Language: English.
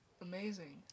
amazing